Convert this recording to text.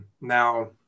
now